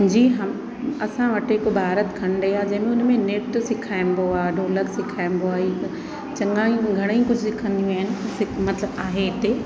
जी हा असां वटि हिक भारत खंड आहे जंहिंमें हुन में नृत्य सिखाइबो आहे ढोलक सिखाइबो आहे चङई घणेई कुछ सिखंदियूं आहिनि मतिलबु आहे हिते